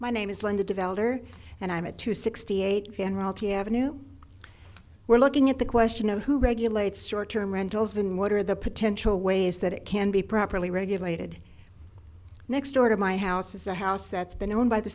my name is linda developer and i'm a two sixty eight and royalty ave we're looking at the question of who regulates short term rentals and what are the potential ways that it can be properly regulated next door to my house is a house that's been owned by the